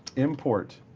import